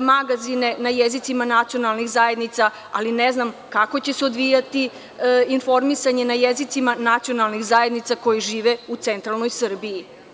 magazine na jezicima nacionalnih zajednica, ali ne znam kako će se odvijati informisanje na jezicima nacionalnih zajednica koje žive u centralnoj Srbiji.